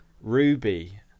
Ruby